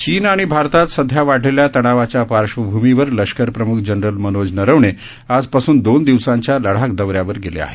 चीन आणि भारतात सध्या वाढलेल्या तणावाच्या पार्श्वभूमीवर लष्कर प्रमुख जनरल मनोज नरवणे आजपासून दोन दिवसांच्या लडाख दौऱ्यावर गेले आहेत